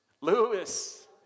Lewis